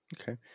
okay